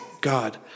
God